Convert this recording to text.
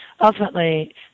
Ultimately